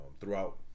throughout